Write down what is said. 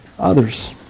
Others